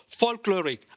folkloric